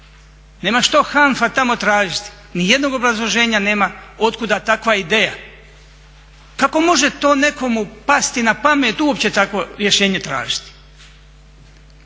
nema što HANFA tamo tražiti, nijednog obrazloženja nema otkuda takva ideja. Kako može to nekomu pasti na pamet uopće takvo rješenje tražiti?